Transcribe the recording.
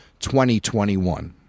2021